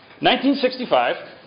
1965